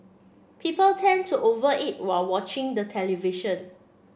people tend to over eat while watching the television